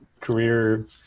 career